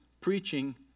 preaching